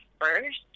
first